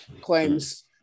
claims